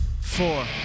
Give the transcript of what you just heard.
Four